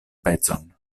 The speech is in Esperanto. pecon